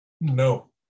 No